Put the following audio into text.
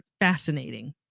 fascinating